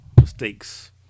mistakes